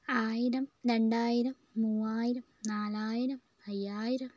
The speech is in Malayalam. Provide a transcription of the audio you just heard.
ആയിരം രണ്ടായിരം മൂവായിരം നാലായിരം അയ്യായിരം